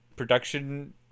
production